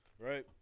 right